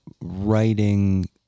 writing